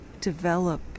develop